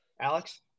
Alex